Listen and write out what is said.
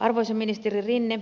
arvoisa ministeri rinne